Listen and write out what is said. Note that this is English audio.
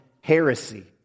heresy